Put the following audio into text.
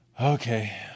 okay